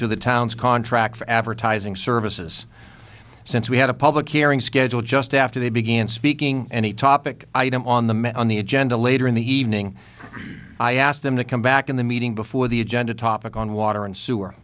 to the town's contract for advertising services since we had a public hearing scheduled just after they began speaking any topic item on the met on the agenda later in the evening i asked them to come back in the meeting before the agenda topic on water and sewer